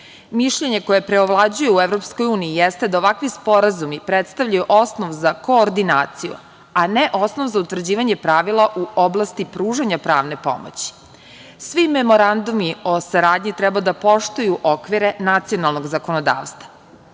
Mišljenje koje preovlađuje u EU jeste da ovakvi sporazumi predstavljaju osnov za koordinaciju, a ne osnov za utvrđivanje pravila u oblasti pružanja pravne pomoći. Svi memorandumi o saradnji treba da poštuju okvire nacionalnog zakonodavstva. Prema